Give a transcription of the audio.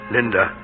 Linda